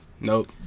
Nope